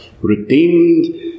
redeemed